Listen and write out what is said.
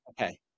Okay